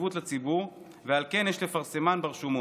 חשיבות לציבור ועל כן יש לפרסמם ברשומות.